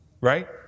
Right